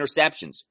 interceptions